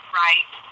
right